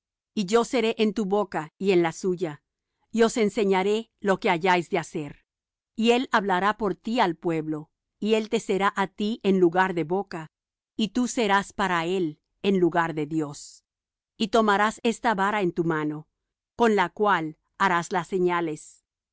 y yo seré en tu boca y en la suya y os enseñaré lo que hayáis de hacer y él hablará por ti al pueblo y él te será á ti en lugar de boca y tú serás para él en lugar de dios y tomarás esta vara en tu mano con la cual harás las señales